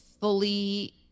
fully